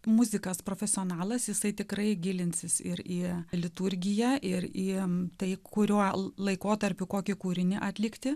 muzikas profesionalas jisai tikrai gilinsis ir į liturgiją ir jiems tai kuriuo laikotarpiu kokį kūrinį atlikti